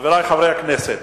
חברי חברי הכנסת,